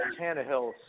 Tannehill